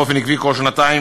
באופן עקבי בכל שנתיים,